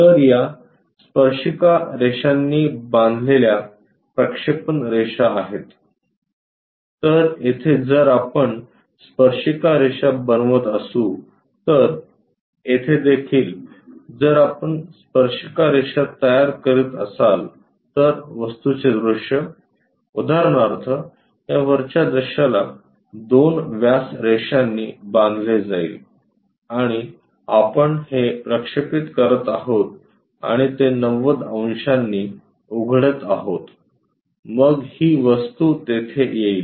तर या स्पर्शिका रेषांनी बांधलेल्या प्रक्षेपण रेषा आहेत तर येथे जर आपण स्पर्शिका रेषा बनवत असू तर येथे देखील जर आपण स्पर्शिका रेषा तयार करीत असाल तर वस्तूचे दृश्य उदाहरणार्थ या वरच्या दृश्याला या दोन व्यास रेषांनी बांधले जाईल आणि आपण हे प्रक्षेपीत करत आहोत आणि ते 90 ० अंशांनी उघडत आहोत मग ही वस्तू तिथे येईल